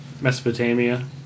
Mesopotamia